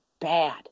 bad